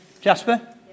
Jasper